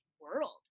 world